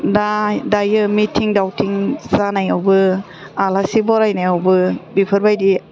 दा दायो मिटिं दावथिं जानायावबो आलासि बरायनायावबो बेफोरबायदि